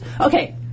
Okay